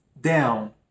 down